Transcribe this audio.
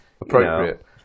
Appropriate